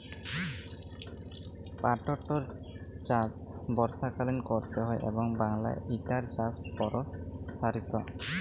পাটটর চাষ বর্ষাকালীন ক্যরতে হয় এবং বাংলায় ইটার চাষ পরসারিত